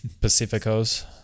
Pacificos